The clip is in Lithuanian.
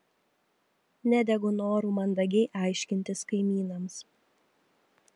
nedegu noru mandagiai aiškintis kaimynams